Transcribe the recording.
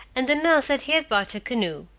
and announced that he had bought a canoe.